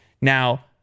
Now